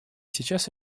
сейчас